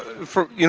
for, you